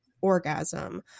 orgasm